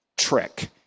trick